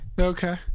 Okay